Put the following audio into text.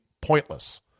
pointless